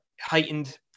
heightened